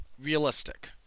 realistic